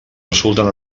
resulten